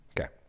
okay